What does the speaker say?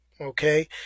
Okay